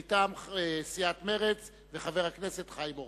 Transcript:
מטעם סיעת מרצ וחבר הכנסת חיים אורון.